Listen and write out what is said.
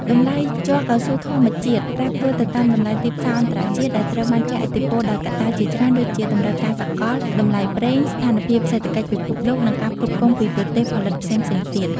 តម្លៃជ័រកៅស៊ូធម្មជាតិ ប្រែប្រួលទៅតាមតម្លៃទីផ្សារអន្តរជាតិ ដែលត្រូវបានជះឥទ្ធិពលដោយកត្តាជាច្រើនដូចជា តម្រូវការសកល តម្លៃប្រេង ស្ថានភាពសេដ្ឋកិច្ចពិភពលោកនិងការផ្គត់ផ្គង់ពីប្រទេសផលិតផ្សេងៗទៀត។